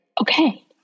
okay